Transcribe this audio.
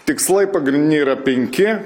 tikslai pagrindiniai yra penki